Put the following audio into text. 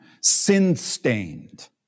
sin-stained